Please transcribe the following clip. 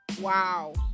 wow